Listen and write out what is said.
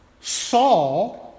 Saul